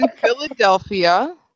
Philadelphia